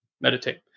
Meditate